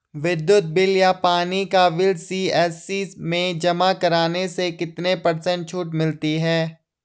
विद्युत बिल या पानी का बिल सी.एस.सी में जमा करने से कितने पर्सेंट छूट मिलती है?